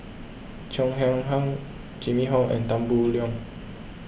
Cheo Chai Hiang Jimmy Ong and Tan Boo Liat